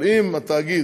אבל אם התאגיד